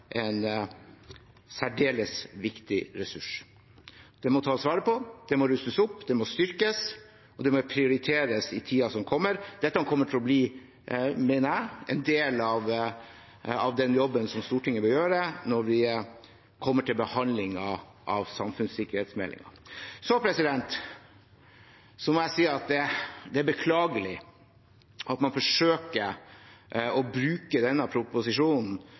en særdeles viktig ressurs. Det må tas vare på, det må rustes opp, det må styrkes, og det må prioriteres i tiden som kommer. Dette kommer til å bli, mener jeg, en del av den jobben som Stortinget bør gjøre når vi kommer til behandlingen av samfunnssikkerhetsmeldingen. Så må jeg si at det er beklagelig at man fra Arbeiderpartiet og SVs side forsøker å bruke denne proposisjonen